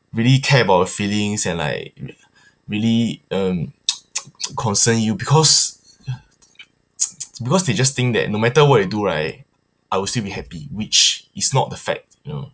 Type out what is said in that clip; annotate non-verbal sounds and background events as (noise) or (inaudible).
really care about your feelings and like really (noise) concern you because (noise) because they just think that no matter what they do right I will still be happy which is not the fact you know